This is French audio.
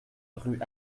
rue